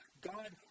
God